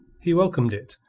he welcomed it,